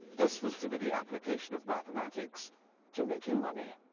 this was to be the appiication of mathematics to making money.